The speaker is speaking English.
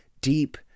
deep